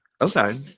Okay